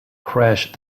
crash